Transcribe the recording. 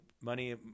Money